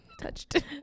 touched